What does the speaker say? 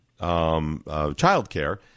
childcare